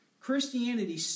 Christianity